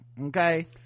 Okay